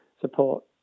support